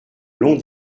long